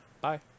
Bye